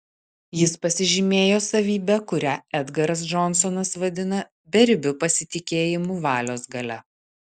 jis pasižymėjo savybe kurią edgaras džonsonas vadina beribiu pasitikėjimu valios galia